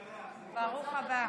תודה רבה.